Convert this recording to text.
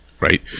right